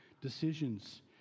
decisions